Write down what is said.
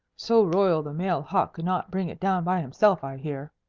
so royal the male hawk could not bring it down by himself, i hear,